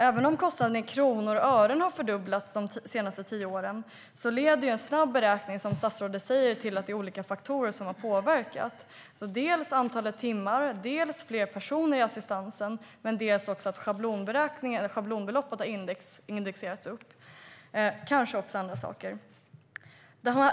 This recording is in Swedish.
Även om kostnaderna i kronor och ören har fördubblats de senaste tio åren leder en snabb beräkning, som statsrådet säger, fram till att det är olika faktorer som har påverkat kostnaderna. Dels har antalet timmar ökat, dels har det blivit fler personer i assistansen och dels har också schablonbeloppet indexerats upp - kanske också andra saker.